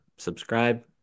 subscribe